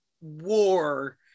war